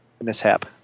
mishap